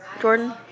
Jordan